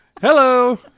Hello